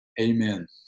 Amen